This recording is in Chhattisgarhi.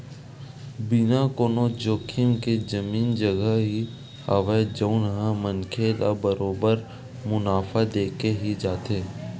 बिना कोनो जोखिम के जमीन जघा ही हवय जउन ह मनखे ल बरोबर मुनाफा देके ही जाथे